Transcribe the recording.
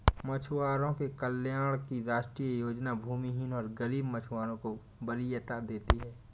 मछुआरों के कल्याण की राष्ट्रीय योजना भूमिहीन और गरीब मछुआरों को वरीयता देती है